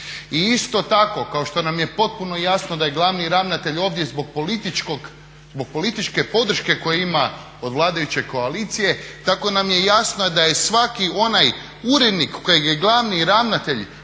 I isto tako kao što nam je potpuno jasno da je glavni ravnatelj ovdje zbog političke podrške koju ima od vladajuće koalicije, tako nam je jasno da je svaki onaj urednik kojeg je glavni ravnatelj